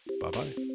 Bye-bye